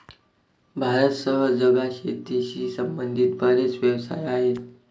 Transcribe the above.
भारतासह जगात शेतीशी संबंधित बरेच व्यवसाय आहेत